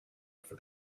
for